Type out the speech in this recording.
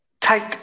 take